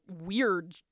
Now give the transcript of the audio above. weird